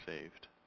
saved